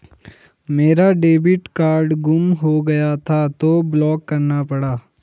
मेरा debit card गुम हो गया था तो ब्लॉक करना पड़ा